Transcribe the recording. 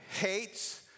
hates